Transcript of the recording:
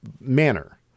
manner